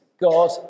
God